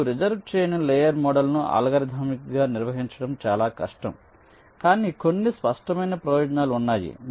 ఇప్పుడు రిజర్వ్ చేయని లేయర్ మోడల్ను అల్గోరిథమిక్గా నిర్వహించడం చాలా కష్టం కానీ కొన్ని స్పష్టమైన ప్రయోజనాలు ఉన్నాయి